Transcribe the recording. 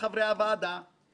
ועורך דין רמי תמם